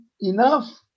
enough